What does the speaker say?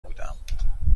بودم